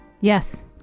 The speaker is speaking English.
Yes